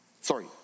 sorry